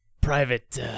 private